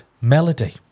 Melody